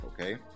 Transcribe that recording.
okay